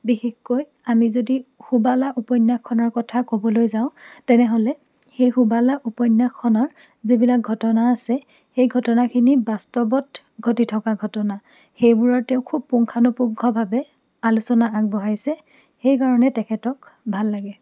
বিশেষকৈ আমি যদি সুবালা উপন্যাসখনৰ কথা ক'বলৈ যাওঁ তেনেহ'লে সেই সুবালা উপন্যাসখনৰ যিবিলাক ঘটনা আছে সেই ঘটনাখিনি বাস্তৱত ঘটি থকা ঘটনা সেইবোৰত তেওঁ খুব পুংখানুপুংখভাৱে আলোচনা আগবঢ়াইছে সেইকাৰণে তেখেতক ভাল লাগে